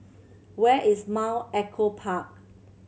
where is Mount Echo Park